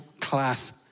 class